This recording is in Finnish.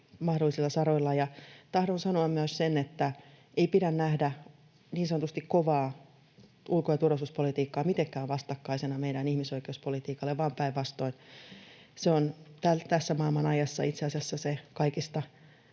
mahdollisilla saroilla. Ja tahdon sanoa myös sen, että ei pidä nähdä niin sanotusti kovaa ulko- ja turvallisuuspolitiikkaa mitenkään vastakkaisena meidän ihmisoikeuspolitiikalle, vaan päinvastoin se on tässä maailmanajassa itse asiassa se kaikista